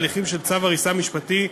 בהליכים של צו הריסה משפטי,